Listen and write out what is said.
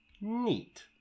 Neat